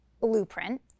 blueprint